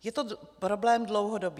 Je to problém dlouhodobý.